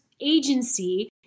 agency